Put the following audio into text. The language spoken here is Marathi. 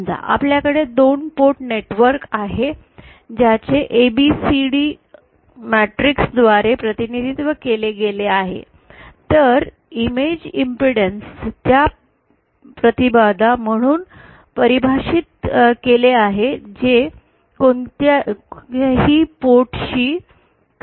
समजा आपल्याकडे दोन पोर्ट नेटवर्क आहे ज्याचे ABCD मॅट्रिक्सद्वारे प्रतिनिधित्व केले गेले आहे तर इमेज इम्पीडैन्स त्या प्रति बाधा म्हणून परिभाषित केले आहे जे कोणत्याही पोर्ट शी कनेक्ट केलेले असत